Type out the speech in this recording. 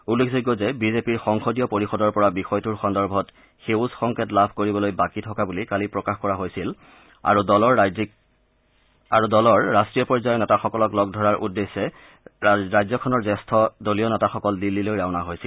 উল্লেখযোগ্য যে বিজেপিৰ সংসদীয় পৰিষদৰ পৰা বিষয়টোৰ সন্দৰ্ভত সেউজ সংকেত লাভ কৰিবলৈ বাকী থকা বুলি কালি প্ৰকাশ কৰা হৈছিল আৰু দলৰ ৰাষ্টীয় পৰ্যয়ৰ নেতাসকলক লগ ধৰাৰ উদ্দেশ্যে ৰাজ্যখনৰ জ্যেষ্ঠ দলীয় নেতাসকল দিল্লীলৈ ৰাওনা হৈছিল